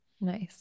Nice